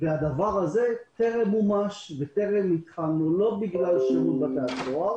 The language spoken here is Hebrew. הדבר הזה טרם מומש וטרם התחלנו לא בגלל שירות בתי הסוהר